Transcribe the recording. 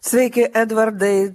sveiki edvardai